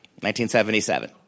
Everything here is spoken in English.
1977